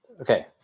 Okay